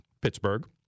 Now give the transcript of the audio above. Pittsburgh